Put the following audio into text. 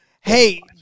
hey